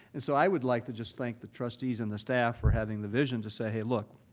and so i would like to just thank the trustees and the staff for having the vision to say, hey, look,